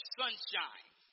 sunshine